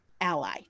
ally